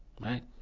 right